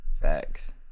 Facts